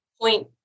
point